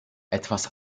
etwas